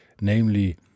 namely